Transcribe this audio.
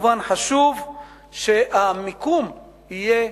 וכמובן, חשוב שהמיקום יהיה,